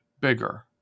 bigger